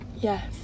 yes